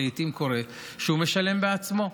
לעיתים קורה שהוא משלם בעצמו,